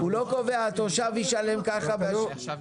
הוא לא קובע שהתושב ישלם כך או כך.